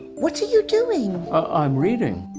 what are you doing? i'm reading.